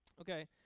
Okay